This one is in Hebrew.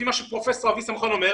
על פי מה שפרופ' אבי שמחון אומר,